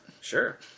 Sure